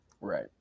Right